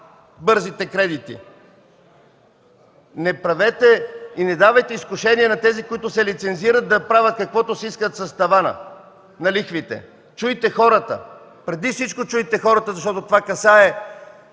бързите кредити! Не правете и не давайте изкушения на тези, които се лицензират, да правят каквото си искат с тавана на лихвите! Чуйте хората! Преди всичко чуйте хората, защото това касае